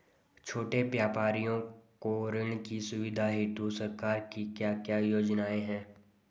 छोटे व्यापारियों को ऋण की सुविधा हेतु सरकार की क्या क्या योजनाएँ हैं?